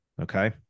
Okay